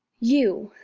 you!